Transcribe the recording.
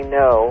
no